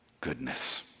goodness